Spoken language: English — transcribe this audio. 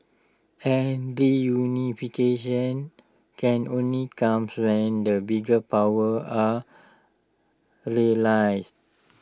and reunification can only comes when the big powers are realised